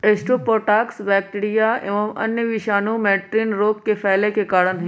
streptococcus bacteria एवं अन्य विषाणु मैटिन रोग के फैले के कारण हई